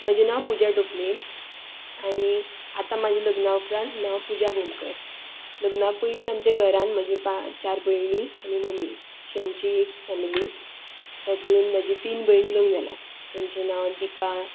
म्हजें नांव पुजा टोपले आनी आतां म्हजें लग्ना उपरांत नांव पुजा भोमकार लग्नां पयलीं आमच्या घरांत म्हजी पा चार भयणी आनी मम्मी अशी आमची एक फॅमिली तातूंत म्हजे तीन भयणी लग्न जाल्या तांचे नांव दिपा